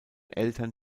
eltern